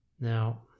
Now